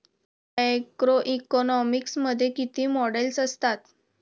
Macroeconomics मध्ये किती models असतात?